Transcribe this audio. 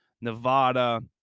Nevada